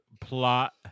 plot